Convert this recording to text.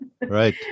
Right